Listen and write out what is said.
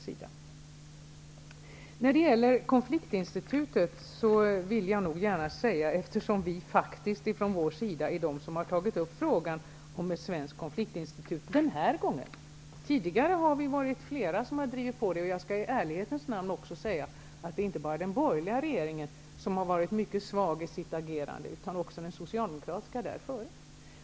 Jag vill gärna säga något om konfliktinstitutet, eftersom det faktiskt är vi som har tagit upp frågan om ett svenskt konfliktinstitut den här gången. Tidigare har vi varit flera som har drivit på. Jag skall i ärlighetens namn säga att det inte bara är den borgerliga regeringen som har varit mycket svag i sitt agerande, utan dessförinnan även den socialdemokratiska.